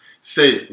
Say